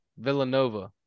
Villanova